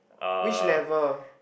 which level